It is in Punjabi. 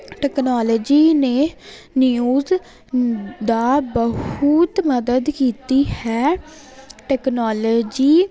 ਟੈਕਨੋਲਜੀ ਨੇ ਨਿਊਜ਼ ਦਾ ਬਹੁਤ ਮਦਦ ਕੀਤੀ ਹੈ ਟੈਕਨੋਲਜੀ